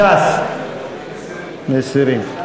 לשנת הכספים 2013, לא נתקבלה.